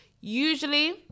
usually